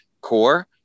core